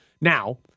Now